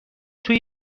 توی